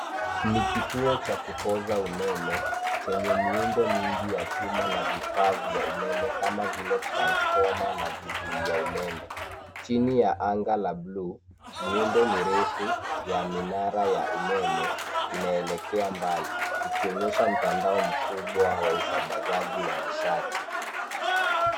Ni kituo cha kupoza umeme, chenye miundo mingi ya chuma na vifaa vya umeme kama vile transfoma na vizuiya umeme. Chini ya anga la buluu, miundo mirefu ya minara ya umeme, inaelekea mbali, ikionyesha mtandao mkubwa wa usambazaji wa nishati.